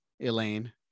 Elaine